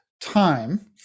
time